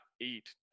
eat